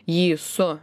jį su